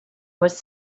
was